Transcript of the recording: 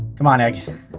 come on, egg.